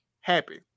happy